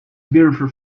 beautiful